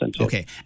Okay